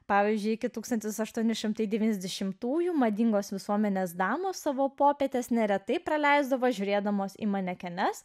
pavyzdžiui iki tūkstantis aštuoni šimtai devyniasdešimtųjų madingos visuomenės damos savo popietes neretai praleisdavo žiūrėdamos į manekenes